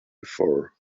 before